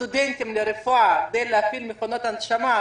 סטודנטים לרפואה להפעיל מכונות הנשמה,